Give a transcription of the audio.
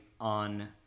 on